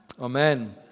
Amen